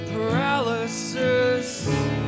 paralysis